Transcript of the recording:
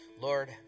Lord